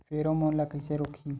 Pheromone ला कइसे रोकही?